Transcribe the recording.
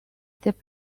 итеп